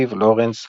מאנס